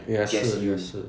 也是也是